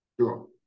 Sure